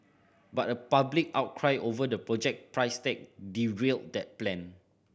but a public outcry over the project price tag derailed that plan